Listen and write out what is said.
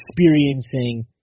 experiencing